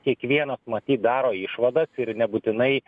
kiekvienas matyt daro išvadas ir nebūtinai